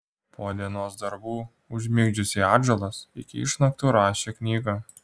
po dienos darbų užmigdžiusi atžalas iki išnaktų rašė knygą